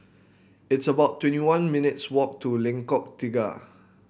it's about twenty one minutes walk to Lengkong Tiga